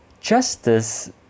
justice